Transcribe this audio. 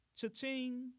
Cha-ching